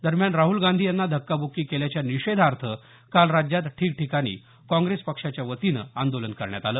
दरम्यान राहल गांधी यांना धक्काब्क्की केल्याच्या निषेधार्थ काल राज्यात ठिकठिकाणी काँग्रेस पक्षाच्या वतीनं आंदोलन करण्यात आलं